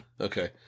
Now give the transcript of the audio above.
okay